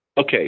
Okay